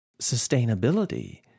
sustainability